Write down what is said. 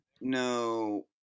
no